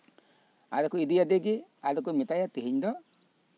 ᱟᱫᱚ ᱠᱚ ᱤᱫᱤᱭᱟᱫᱮ ᱜᱮ ᱟᱫᱚ ᱠᱚ ᱢᱮᱛᱟᱭᱟ ᱛᱮᱦᱮᱧ ᱫᱚ